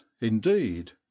indeed